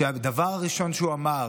שהדבר הראשון שהוא אמר